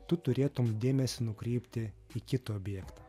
tu turėtum dėmesį nukreipti į kitą objektą